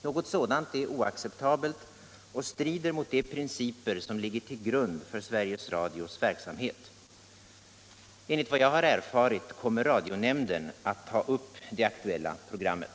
Något sådant är oacceptabelt och strider mot de principer som ligger till grund för Sveriges Radios verksamhet. Enligt vad jag har erfarit kommer radionämnden att ta upp det aktuella programmet.